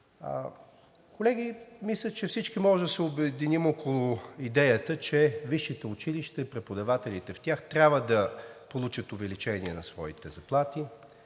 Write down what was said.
Колеги, мисля, че всички можем да се обединим около идеята, че висшите училища и преподавателите в тях трябва да получат увеличение на своите заплати,